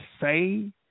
say